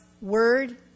word